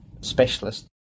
specialist